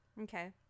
okay